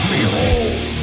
Behold